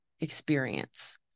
experience